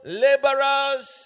laborers